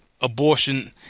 abortion